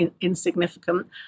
insignificant